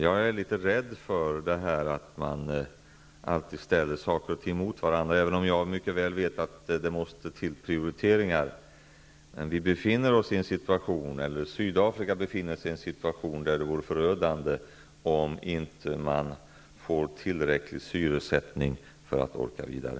Jag är litet rädd för det här att man alltid ställer saker och ting mot varandra, även om jag mycket väl vet att det måste till prioriteringar. Men Sydafrika befinner sig i en situation där det vore förödande om inte man får tillräcklig syresättning för att orka vidare.